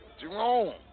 Jerome